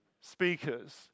speakers